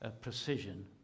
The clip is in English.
precision